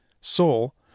Soul